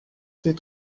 ses